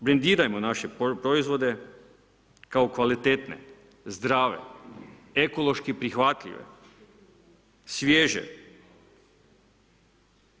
Brendirajmo naše proizvode kao kvalitetne, zdrave, ekološki prihvatljive, svježe.